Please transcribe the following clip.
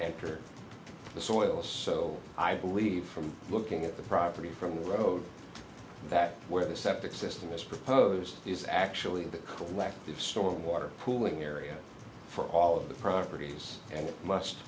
pure the soil so i believe from looking at the property from the road that where the septic system is proposed is actually the collective sort of water pooling area for all of the properties and it must